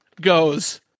goes